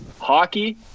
Hockey